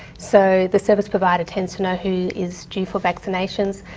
so the service provider tends to know who is due for vaccinations.